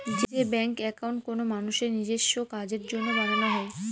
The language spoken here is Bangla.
যে ব্যাঙ্ক একাউন্ট কোনো মানুষের নিজেস্ব কাজের জন্য বানানো হয়